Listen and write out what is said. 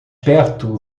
perto